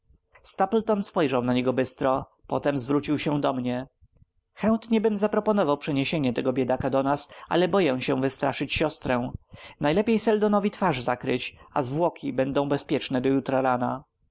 stapleton spojrzał na niego bystro potem zwrócił się do mnie chętniebym zaproponował przeniesienie tego biedaka do nas ale boję się wystraszyć siostrę najlepiej seldonowi twarz zakryć a zwłoki będą bezpieczne do jutra rana